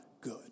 good